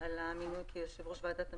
על המינוי ליושב-ראש ועדת המשנה.